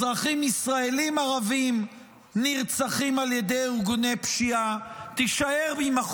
אזרחים ישראלים ערבים נרצחים על ידי ארגוני פשיעה.